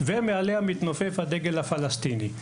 ומעליה מתנופף הדגל הפלסטיני.